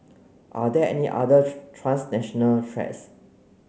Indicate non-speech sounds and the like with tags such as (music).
are there any other (unintelligible) transnational threats